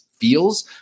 feels